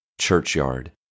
churchyard